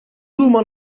woman